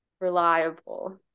reliable